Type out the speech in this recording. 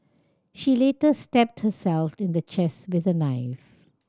she later stabbed herself in the chest with a knife